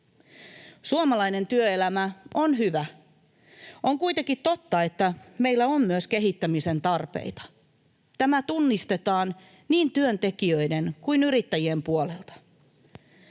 Suomalainen työelämä on hyvä. On kuitenkin totta, että meillä on myös kehittämisen tarpeita. Tämä tunnistetaan niin työntekijöiden kuin yrittäjien puolelta,